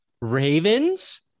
Ravens